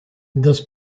das